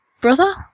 brother